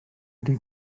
ydy